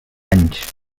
anys